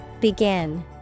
Begin